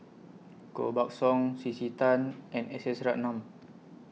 Koh Buck Song C C Tan and S S Ratnam